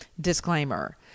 Disclaimer